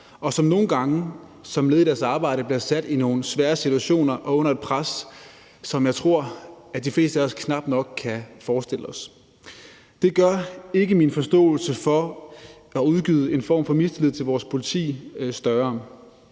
og bliver nogle gange som led i deres arbejde sat i nogle svære situationer og under et pres, som jeg tror at de fleste af os knap nok kan forestille os. Det gør ikke min forståelse for at udtrykke en form for mistillid til vores politi større.